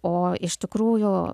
o iš tikrųjų